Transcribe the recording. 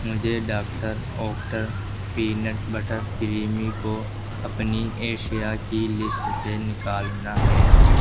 مجھے ڈاکٹر اوکٹر peanut butter creamy کو اپنی ایشیا کی لسٹ سے نکالنا ہے